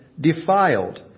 defiled